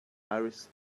alice